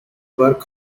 work